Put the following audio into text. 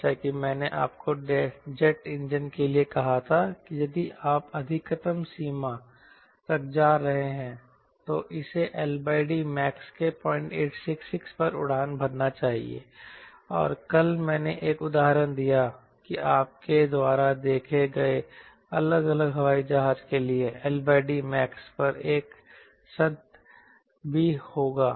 जैसा कि मैंने आपको जेट इंजन के लिए कहा था कि यदि आप अधिकतम सीमा तक जा रहे हैं तो इसे LD मैक्स के 0866 पर उड़ान भरना चाहिए और कल मैंने एक उदाहरण दिया कि आपके द्वारा देखे गए अलग अलग हवाई जहाज के लिए LD मैक्स पर एक सत्र भी होगा